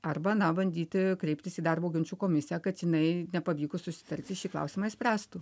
arba na bandyti kreiptis į darbo ginčų komisiją kad jinai nepavykus susitarti šį klausimą išspręstų